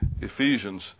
Ephesians